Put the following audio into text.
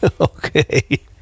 Okay